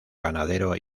ganadero